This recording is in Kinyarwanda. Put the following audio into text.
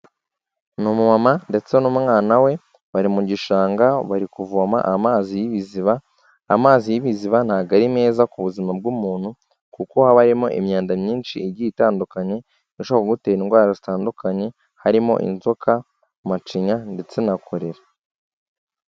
Ni umumama ndetse n'umwana we, bari mu gishanga bari kuvoma amazi y'ibiziba, amazi y'ibiziba ntago ari meza ku buzima bw'umuntu kuko haba harimo imyanda myinshi igiye itandukanye, ishobora kugutera indwara zitandukanye harimo inzoka, macinya ndetse na korera.